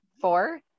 Four